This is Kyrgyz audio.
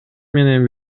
менен